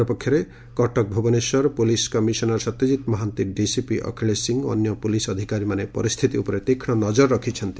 ଅପରପକ୍ଷରେ Cuttack Bhubaneswar police commissioner Satyajit Mohanty DCP Akhilesh Singh ଓ ଅନ୍ୟ ପୋଲିସ୍ ଅଧିକାରୀମାନେ ପରିସ୍ଛିତି ଉପରେ ତୀକ୍ଷ୍ଣ ନଜର ରଖିଛନ୍ତି